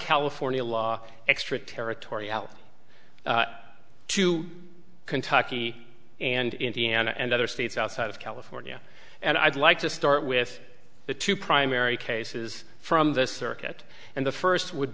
california law extraterritoriality to kentucky and indiana and other states outside of california and i'd like to start with the two primary cases from this circuit and the first would